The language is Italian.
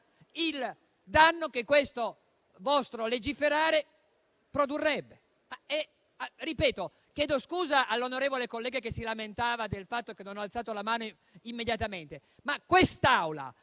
il danno che questo vostro legiferare produrrebbe. Chiedo scusa all'onorevole collega che si lamentava del fatto che non ho alzato la mano immediatamente, ma l'Assemblea